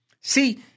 See